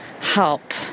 help